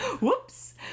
whoops